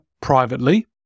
privately